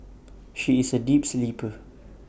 she is A deep sleeper